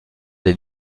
des